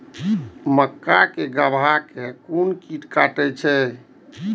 मक्के के गाभा के कोन कीट कटे छे?